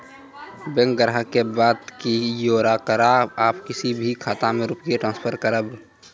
Bank ग्राहक के बात की येकरा आप किसी भी खाता मे रुपिया ट्रांसफर करबऽ?